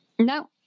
No